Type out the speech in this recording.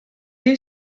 you